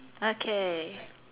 okay